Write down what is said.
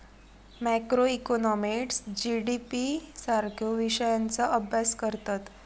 macroeconomist GDP सारख्यो विषयांचा अभ्यास करतत